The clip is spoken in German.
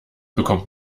bekommt